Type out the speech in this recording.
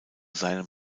seinem